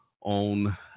on